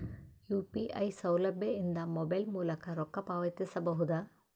UPI ಸೌಲಭ್ಯ ಇಂದ mobile ಮೂಲಕ ರೊಕ್ಕ ಪಾವತಿಸ ಬಹುದಾ?